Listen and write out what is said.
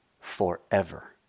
forever